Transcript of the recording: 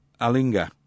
Alinga